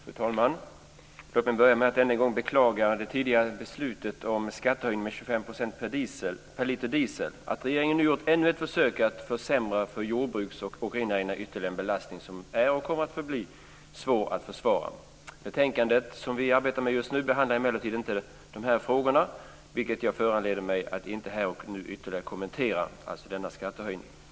Fru talman! Låt mig börja med att än en gång beklaga det tidigare beslutet om en skattehöjning med 25 öre per liter diesel. Att regeringen nu gjort ännu ett försök att försämra för jordbruks och åkerinäringen är ytterligare en belastning som är och kommer att bli svår att försvara. Betänkandet som vi arbetar med just nu behandlar emellertid inte de här frågorna, vilket föranleder mig att inte här och nu ytterligare kommentera denna skattehöjning.